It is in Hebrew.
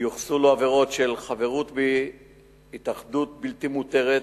יוחסו לו עבירות של חברות בהתאגדות בלתי מותרת,